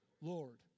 Lord